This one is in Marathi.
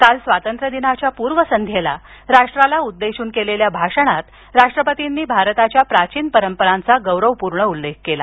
काल स्वातंत्र्यदिनाच्या पूर्वसंध्येला राष्ट्राला उद्देशून केलेल्या भाषणात राष्ट्रपतींनी भारताच्या प्राचीन परंपरांचा गौरवपूर्ण उल्लेख केला